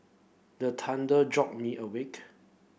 the thunder jolt me awake